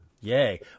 Yay